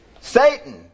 Satan